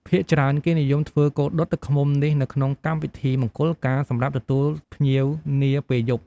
ភាគច្រើន គេនិយមធ្វើគោដុតទឹកឃ្មុំនេះនៅក្នុងកម្មពិធីមង្គលការ សម្រាប់ទទួលភ្ញៀវនាពេលយប់។